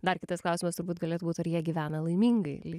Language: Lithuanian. dar kitas klausimas turbūt galėtų būt ar jie gyvena laimingai